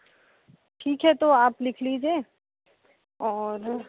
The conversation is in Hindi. ठीक है तो आप लिख लीजिए और